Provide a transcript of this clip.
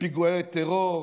בפיגועי טרור,